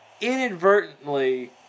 inadvertently